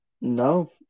no